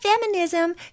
feminism